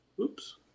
Oops